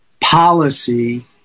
policy